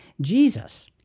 Jesus